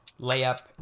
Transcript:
layup